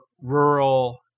rural